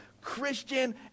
Christian